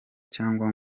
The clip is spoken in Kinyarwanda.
cyangwa